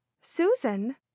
Susan